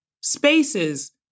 spaces